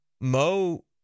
mo